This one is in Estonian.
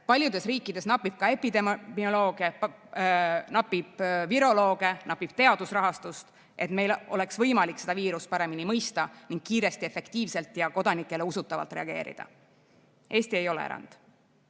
paljudes riikides napib ka epidemiolooge, napib virolooge, napib teadusrahastust, et meil oleks võimalik seda viirust paremini mõista ning kiiresti, efektiivselt ja kodanikele usutavalt reageerida. Eesti ei ole erand.